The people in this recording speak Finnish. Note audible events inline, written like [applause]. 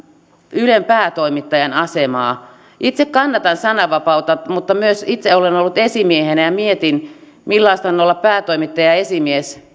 ylen päätoimittajan asemaa itse kannatan sananvapautta mutta myös itse olen ollut esimiehenä ja mietin millaista on olla päätoimittaja ja esimies [unintelligible]